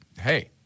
hey